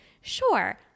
sure